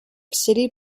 city